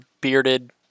bearded